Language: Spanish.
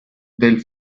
del